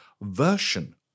version